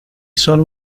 solo